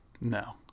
No